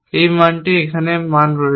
এই মানটি এখানে এই মান রয়েছে